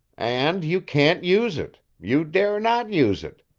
and you can't use it you dare not use it.